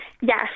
Yes